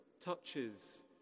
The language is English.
touches